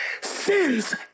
Sins